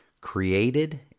created